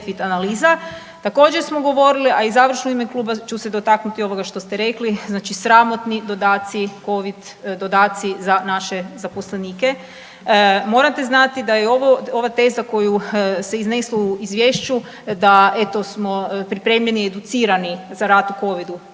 Također smo govorili, a i završno u ime kluba ću se dotaknuti ovoga što ste rekli, znači sramotni dodaci, Covid dodaci za naše zaposlenike. Morate znati da je ovo, ova teza koju se izneslo u Izvješću da eto, smo pripremljeni i educirani za rad u Covidu.